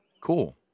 Cool